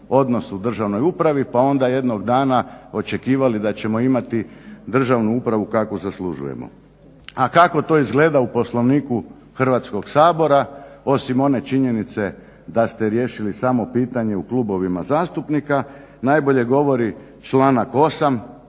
odnos u državnoj upravi, pa onda jednog dana očekivali da ćemo imati državnu upravu kakvu zaslužujemo. A kako to izgleda u Poslovniku Hrvatskog sabora osim one činjenice da ste riješili samo pitanje u klubovima zastupnika najbolje govori članak 8.